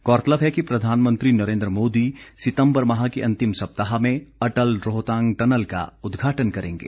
गौरतलब है कि प्रधानमंत्री नरेन्द्र मोदी सितम्बर माह के अंतिम सप्ताह में अटल रोहतांग टनल का उदघाटन करेंगे